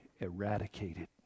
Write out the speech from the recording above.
eradicated